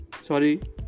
sorry